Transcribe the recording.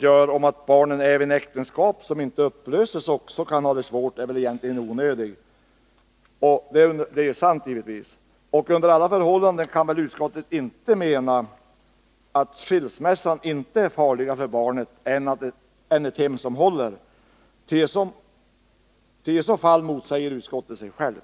även barn i äktenskap som inte upplöses kan ha det svårt är väl egentligen onödig — den är givetvis riktig. Men utskottet kan väl inte mena att inte skilsmässan är farligare för barnet än ett hem som håller? I så fall motsäger utskottet sig självt.